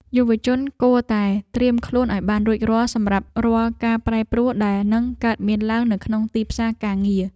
យុវជនគួរតែត្រៀមខ្លួនឱ្យបានរួចរាល់សម្រាប់រាល់ការប្រែប្រួលដែលនឹងកើតមានឡើងនៅក្នុងទីផ្សារការងារ។